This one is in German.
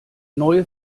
neue